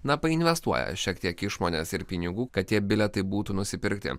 na painvestuoja šiek tiek išmonės ir pinigų kad tie bilietai būtų nusipirkti